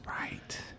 Right